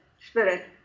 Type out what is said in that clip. Spirit